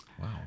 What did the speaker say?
Wow